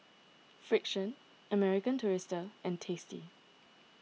Frixion American Tourister and Tasty